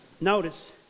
Notice